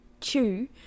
Chew